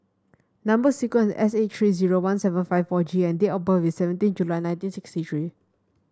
number sequence is S eight three zero one seven five four G and date of birth is seventeen July nineteen sixty three